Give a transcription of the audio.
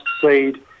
seed